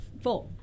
four